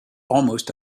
almost